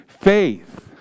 faith